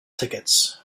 tickets